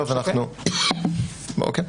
אוקיי.